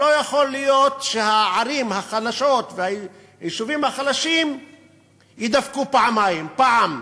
לא יכול להיות שהערים החלשות והיישובים החלשים יידפקו פעמיים: פעם,